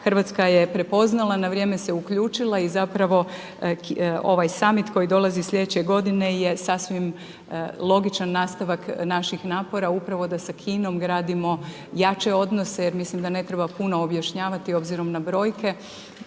Hrvatska je prepoznala, na vrijeme se uključila i zapravo ovaj samit koji dolazi slijedeće godine je sasvim logičan nastavak naših napora upravo da sa Kinom gradimo jače odnose jer mislim da ne treba puno objašnjavati obzirom na brojke.